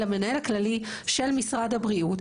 אל המנהל הכללי של משרד הבריאות,